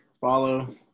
follow